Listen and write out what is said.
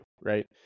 right